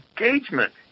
engagement